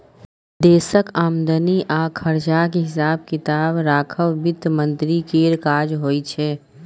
देशक आमदनी आ खरचाक हिसाब किताब राखब बित्त मंत्री केर काज होइ छै